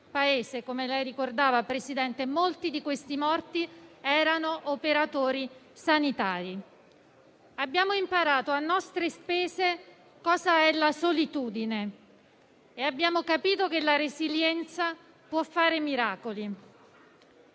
come lei ricordava, Presidente), molti dei quali erano operatori sanitari. Abbiamo imparato a nostre spese cos'è la solitudine e abbiamo capito che la resilienza può fare miracoli.